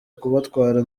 kubatwara